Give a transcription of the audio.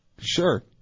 Sure